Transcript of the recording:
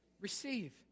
receive